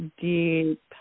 deep